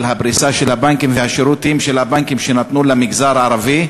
הפריסה של הבנקים והשירותים של הבנקים שניתנו למגזר הערבי,